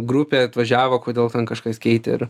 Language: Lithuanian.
grupė atvažiavo kodėl ten kažkas keitė ir